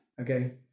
Okay